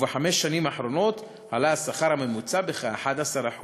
ובחמש השנים האחרונות עלה השכר הממוצע בכ-11%,